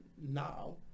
now